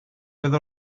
oedd